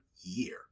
year